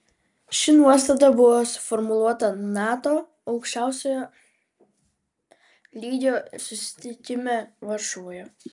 ši nuostata buvo suformuluota nato aukščiausiojo lygio susitikime varšuvoje